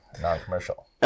non-commercial